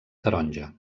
taronja